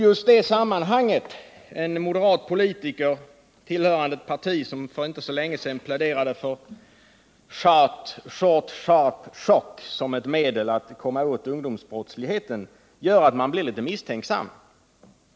Just det sammanhanget — en moderat politiker tillhörande ett parti som för inte så länge sedan pläderade för sharp-short-shock som ett medel att komma åt ungdomsbrottsligheten — gör att man blir litet misstänksam.